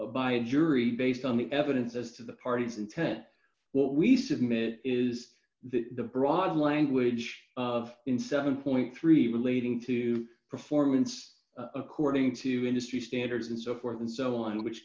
a jury based on the evidence as to the parties intent what we submit is the broad language of in seven dollars relating to performance according to industry standards and so forth and so on which